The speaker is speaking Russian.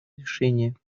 решение